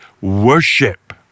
worship